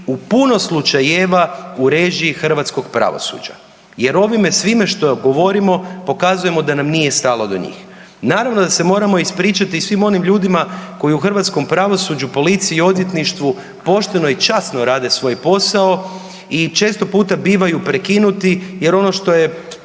u puno slučajeva u režiji hrvatskog pravosuđa jer ovime svime što govorimo pokazujemo da nam nije stalo do njih. Naravno da se moramo ispričati i svim onim ljudima koji u hrvatskom pravosuđu, policiji i odvjetništvu pošteno i časno rade svoj posao i često puta bivaju prekinuti jer ono što je